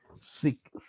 Seek